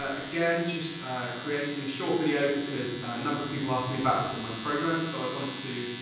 ah again, just creating a short video because a number of people asked me about this in my programmes, so i wanted to